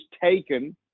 taken